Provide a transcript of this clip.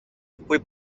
puoi